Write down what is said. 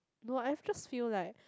no I just feel like